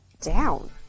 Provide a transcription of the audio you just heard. down